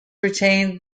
retained